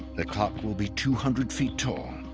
the clock will be two hundred feet tall,